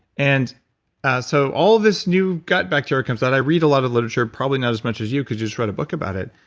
and so all of this new gut bacteria comes out, i read a lot of literature, probably not as much as you cause you just wrote a book about it,